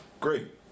great